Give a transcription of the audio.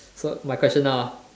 so my question now ah